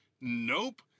nope